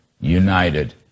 united